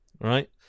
Right